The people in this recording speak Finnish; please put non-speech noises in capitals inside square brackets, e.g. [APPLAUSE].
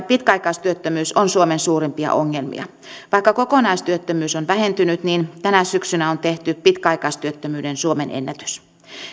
[UNINTELLIGIBLE] pitkäaikaistyöttömyys on suomen suurimpia ongelmia vaikka kokonaistyöttömyys on vähentynyt niin tänä syksynä on tehty pitkäaikaistyöttömyyden suomenennätys